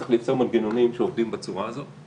צריך לייצר מנגנונים שעובדים בצורה הזאת.